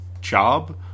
job